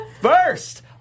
first